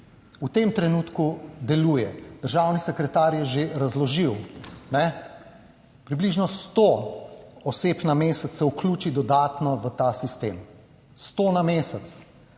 v tem trenutku deluje. Državni sekretar je že razložil, ne, približno sto oseb na mesec se vključi dodatno v ta sistem. Sto na mesec.